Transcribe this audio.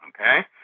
okay